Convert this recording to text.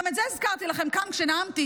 גם את זה הזכרתי לכם כאן כשנאמתי,